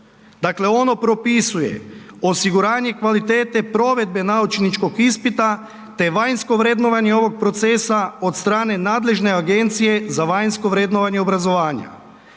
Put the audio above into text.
Dakle ono propisuje osiguranje kvalitete provedbe naučničkog ispita te vanjsko vrednovanje ovog procesa od strane nadležne Agencije za vanjsko vrednovanje obrazovanja.